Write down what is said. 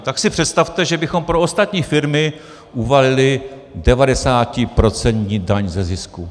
Tak si představte, že bychom pro ostatní firmy uvalili 90procentní daň ze zisku.